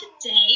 today